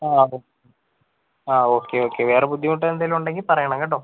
ആ അപ്പം ആ ഓക്കെ ഓക്കെ വേറെ ബുദ്ധിമുട്ട് എന്തെങ്കിലും ഉണ്ടെങ്കിൽ പറയണം കേട്ടോ